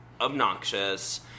obnoxious